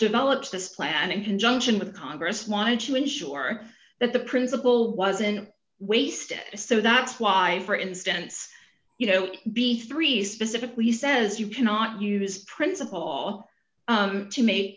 develops this plan in conjunction with congress wanted to ensure that the principle wasn't wasted so that's why for instance you know b three specifically says you cannot use principle to ma